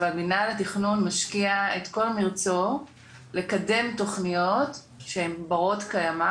אבל מינהל התכנון משקיע את כל מרצו לקדם תכניות שהן ברות קיימא,